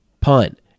punt